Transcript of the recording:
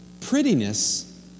Prettiness